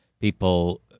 people